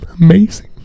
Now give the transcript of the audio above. amazing